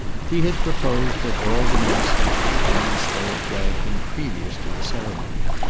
he had proposed that all the masters should come and stay at bragton previous to the ceremony.